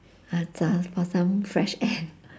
uh so~ for some fresh air